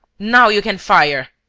now you can fire!